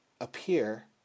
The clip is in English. appear